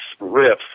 riffs